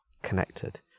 connected